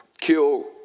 kill